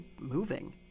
moving